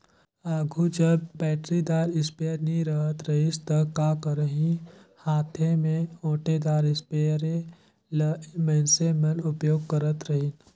आघु जब बइटरीदार इस्पेयर नी रहत रहिस ता का करहीं हांथे में ओंटेदार इस्परे ल मइनसे मन उपियोग करत रहिन